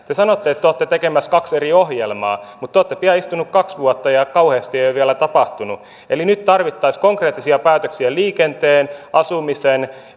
te sanotte että te olette tekemässä kaksi eri ohjelmaa mutta te olette pian istuneet kaksi vuotta ja kauheasti ei ole vielä tapahtunut eli nyt tarvittaisiin konkreettisia päätöksiä liikenteen asumisen